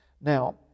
Now